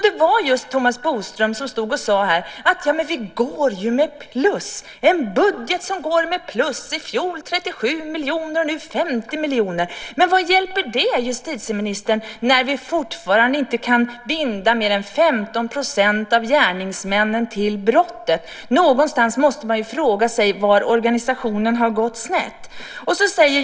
Då var det just Thomas Bodström som stod och sade här att vi går med plus. Vi har en budget som går med plus - i fjol med 37 miljoner och nu med 50 miljoner! - sade han. Men vad hjälper det, justitieministern, när vi fortfarande inte kan binda mer än 15 % av gärningsmännen till brottet? Någonstans måste man fråga sig var organisationen har gått snett.